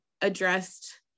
addressed